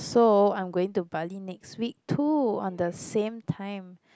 so I'm going to Bali next week too on the same time